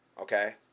Okay